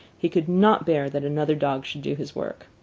he could not bear that another dog should do his work.